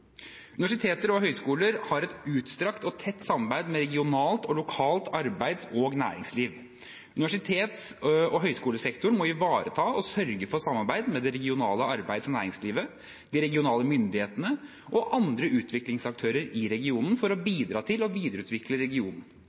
Universiteter og høyskoler har et utstrakt og tett samarbeid med regionalt og lokalt arbeids- og næringsliv. Universitets- og høyskolesektoren må ivareta og sørge for samarbeid med det regionale arbeids- og næringslivet, de regionale myndighetene og andre utviklingsaktører i regionen for å bidra til å videreutvikle regionen.